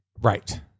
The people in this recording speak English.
Right